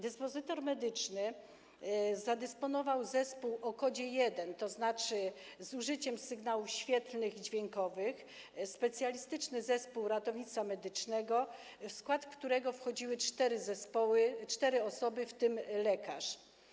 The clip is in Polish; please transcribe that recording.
Dyspozytor medyczny zadysponował zespół o kodzie 1, tzn. z użyciem sygnałów świetlnych i dźwiękowych, specjalistyczny zespół ratownictwa medycznego, w skład którego wchodziły cztery osoby, w tym lekarz.